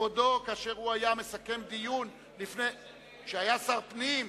מכבודו כאשר הוא היה מסכם דיון כשהיה שר הפנים.